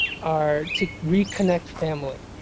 are to reconnect family.